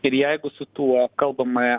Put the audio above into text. ir jeigu su tuo kalbame